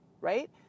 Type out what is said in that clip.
right